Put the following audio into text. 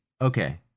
Okay